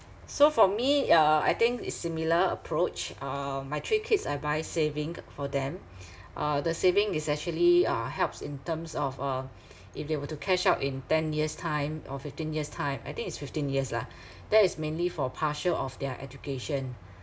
so for me uh I think is similar approach um my three kids I buy saving for them uh the saving is actually uh helps in terms of uh if they were to cash out in ten years time or fifteen years time I think it's fifteen years lah that is mainly for partial of their education